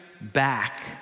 back